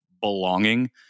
belonging